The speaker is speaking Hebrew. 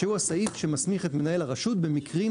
שהוא הסעיף שמסמיך את מנהל הרשות במקרים